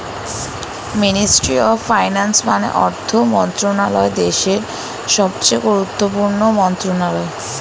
ministry of finance মানে অর্থ মন্ত্রণালয় দেশের সবচেয়ে গুরুত্বপূর্ণ মন্ত্রণালয়